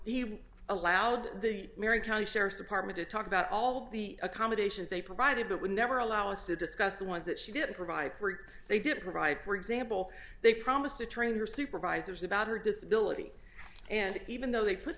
he allowed the marion county sheriff's department to talk about all the accommodations they provided but would never allow us to discuss the ones that she did provide for they did provide for example they promised to train her supervisors about her disability and even though they